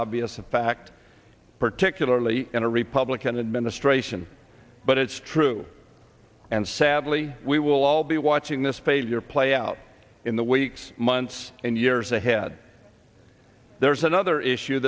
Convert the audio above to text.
obvious fact particularly in a republican administration but it's true and sadly we will all be watching this failure play out in the weeks months and years ahead there's another issue